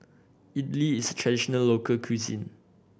idly is a traditional local cuisine